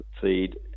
feed